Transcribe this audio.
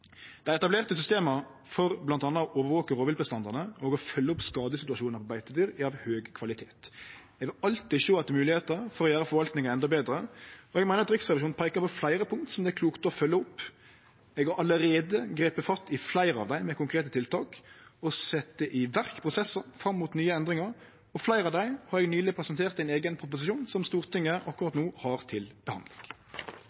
Dei etablerte systema for bl.a. å overvake rovviltbestandane og å følgje opp skadesituasjonar på beitedyr er av høg kvalitet. Eg vil alltid sjå etter moglegheiter for å gjere forvaltinga endå betre, og eg meiner at Riksrevisjonen peiker på fleire punkt som det er klokt å følgje opp. Eg har allereie gripe fatt i fleire av dei med konkrete tiltak og sett i verk prosessar fram mot nye endringar, og fleire av dei har eg nyleg presentert i ein eigen proposisjon som Stortinget akkurat